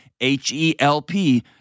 H-E-L-P